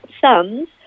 sons